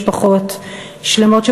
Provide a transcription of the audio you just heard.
משפחות שלמות,